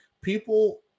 people